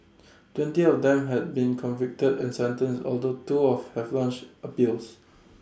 twenty of them have been convicted and sentenced although two have launched appeals